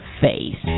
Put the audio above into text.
face